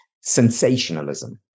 sensationalism